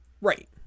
Right